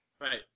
Right